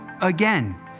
again